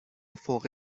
فوق